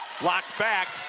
locked back.